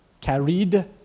Carried